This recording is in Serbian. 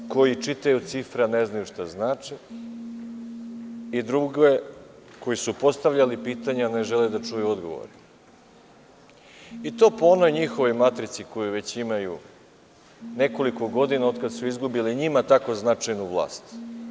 Prve koji čitaju cifre a ne znaju šta znače i druge koji su postavljali pitanja a ne žele da čuju odgovore i to po onoj njihovoj matrici koju već imaju nekoliko godina otkad su izgubili njima tako značajnu vlast.